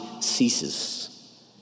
ceases